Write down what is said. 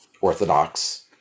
orthodox